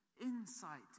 insight